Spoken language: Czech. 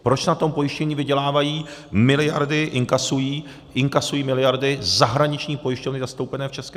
Proč na tom pojištění vydělávají miliardy, inkasují miliardy zahraniční pojišťovny zastoupené v ČR.